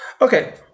Okay